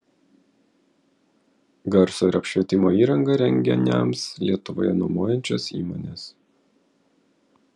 garso ir apšvietimo įrangą renginiams lietuvoje nuomojančios įmonės